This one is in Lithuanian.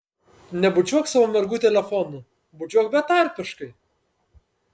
nebučiuok savo mergų telefonu bučiuok betarpiškai